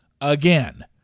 Again